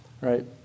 right